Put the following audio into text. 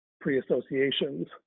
pre-associations